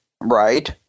Right